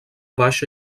baixa